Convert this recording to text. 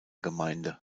gemeinde